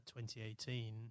2018